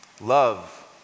love